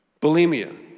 Bulimia